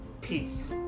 peace